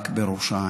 רק בראש העין.